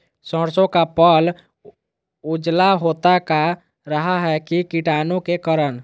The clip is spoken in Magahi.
सरसो का पल उजला होता का रहा है की कीटाणु के करण?